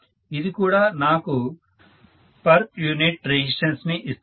ఇది కూడా నాకు పర్ యూనిట్ రెసిస్టెన్స్ ని ఇస్తుంది